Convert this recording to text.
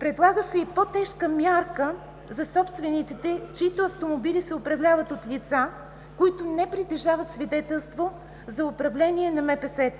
Предлага се и по-тежка мярка за собствениците, чиито автомобили се управляват от лица, които не притежават свидетелство за управление на МПС.